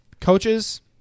coaches